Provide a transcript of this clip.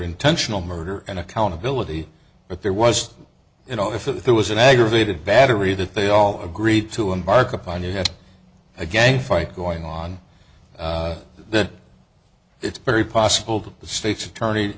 intentional murder and accountability but there was you know if if there was an aggravated battery that they all agreed to embark upon you had a gang fight going on that it's very possible that the state's attorney